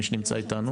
מי שנמצא איתנו.